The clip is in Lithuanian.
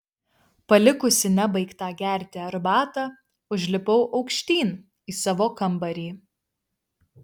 palikusi nebaigtą gerti arbatą užlipau aukštyn į savo kambarį